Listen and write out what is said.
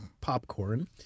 popcorn